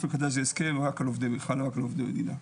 אופק חדש זה הסכם חל רק על עובדי מדינה,